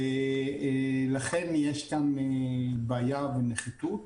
לכן יש כאן בעיה ונחיתות.